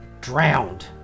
drowned